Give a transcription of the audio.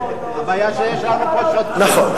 נכון.